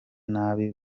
nabi